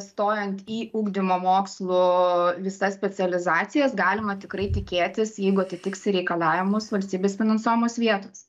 stojant į ugdymo mokslo visas specializacijas galima tikrai tikėtis jeigu atitiksi reikalavimus valstybės finansuojamos vietos